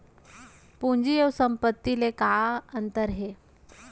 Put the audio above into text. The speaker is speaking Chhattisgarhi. पूंजी अऊ संपत्ति ले का अंतर हे?